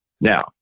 Now